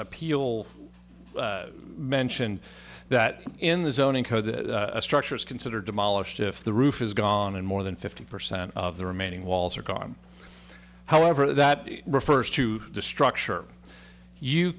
appeal mentioned that in the zoning code the structure is considered demolished if the roof is gone and more than fifty percent of the remaining walls are gone however that refers to the structure you